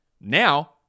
Now